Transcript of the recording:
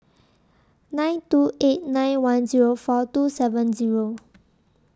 nine two eight nine one Zero four two seven Zero